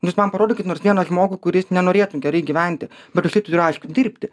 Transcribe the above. jūs man parodykit nors vieną žmogų kuris nenorėtų gerai gyventi bet už tai turi aišku dirbti